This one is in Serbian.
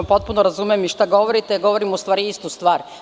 Potpuno razumem šta govorite, govorimo u stvari istu stvar.